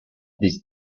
these